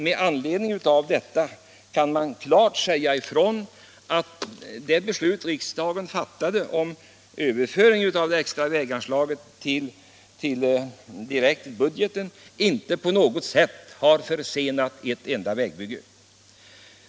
Man kan sålunda påstå att det beslut som riksdagen fattade om överföring av det extra väganslaget till budgeten inte har försenat ett enda vägbygge.